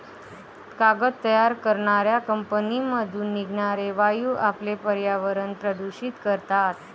कागद तयार करणाऱ्या कंपन्यांमधून निघणारे वायू आपले पर्यावरण प्रदूषित करतात